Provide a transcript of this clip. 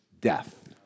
death